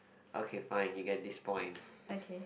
okay fine you get this point